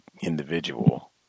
individual